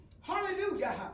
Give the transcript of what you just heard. hallelujah